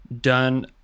done